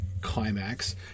climax